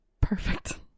Perfect